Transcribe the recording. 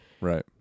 right